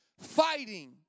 fighting